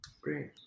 Great